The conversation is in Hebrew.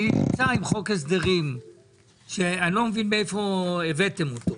אני עם חוק הסדרים ואני לא מבין מאיפה הבאתם אותו.